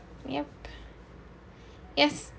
yup yes